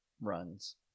runs